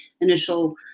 initial